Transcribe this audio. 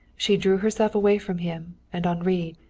she drew herself away from him, and henri,